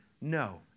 No